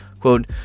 quote